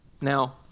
Now